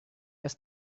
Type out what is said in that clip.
erst